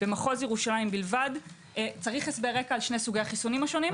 במחוז ירושלים בלבד צריך הסבר רקע על שני סוגי החיסונים השונים?